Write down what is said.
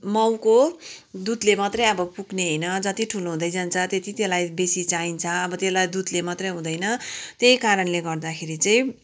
माउको दुधले मात्रै अब पुग्ने होइन जत्ति ठुलो हुँदै जान्छ त्यति त्यसलाई बेसी चाहिन्छ अब त्यसलाई दुधले मात्रै हुँदैन त्यही कारणले गर्दाखेरि चाहिँ